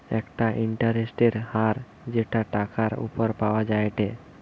একটা ইন্টারেস্টের হার যেটা টাকার উপর পাওয়া যায়টে